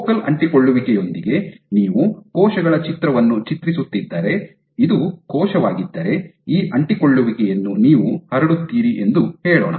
focal ಅಂಟಿಕೊಳ್ಳುವಿಕೆಯೊಂದಿಗೆ ನೀವು ಕೋಶಗಳ ಚಿತ್ರವನ್ನು ಚಿತ್ರಿಸುತ್ತಿದ್ದರೆ ಇದು ಕೋಶವಾಗಿದ್ದರೆ ಈ ಅಂಟಿಕೊಳ್ಳುವಿಕೆಯನ್ನು ನೀವು ಹರಡುತ್ತೀರಿ ಎಂದು ಹೇಳೋಣ